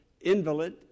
invalid